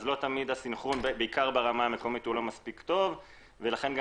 א לא תמיד הסנכרון ברמה המקומית מספיק טוב ולכן גם